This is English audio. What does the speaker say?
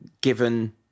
given